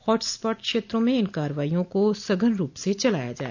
hot spot क्षेत्रों में इन कार्यवाहियों को सघन रूप से चलाया जाए